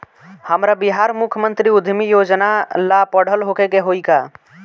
हमरा बिहार मुख्यमंत्री उद्यमी योजना ला पढ़ल होखे के होई का?